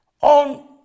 on